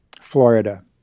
Florida